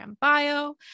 bio